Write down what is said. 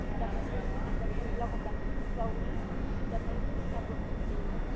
हेर्दा पनि एकदमै लगाउँदाखेरि सुहाउने एकदमै राम्रो खालको ल्याउनुहोस्